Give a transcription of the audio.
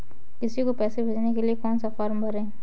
किसी को पैसे भेजने के लिए कौन सा फॉर्म भरें?